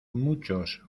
muchos